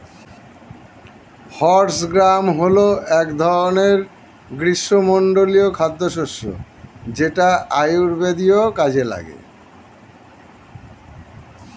horse gram হল এক ধরনের গ্রীষ্মমণ্ডলীয় খাদ্যশস্য যেটা আয়ুর্বেদীয় কাজে লাগে